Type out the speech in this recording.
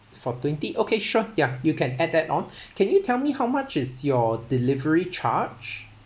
for twenty okay sure ya you can add that on can you tell me how much is your delivery charge